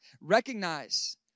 Recognize